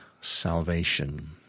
salvation